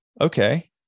okay